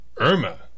Irma